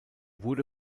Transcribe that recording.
wurde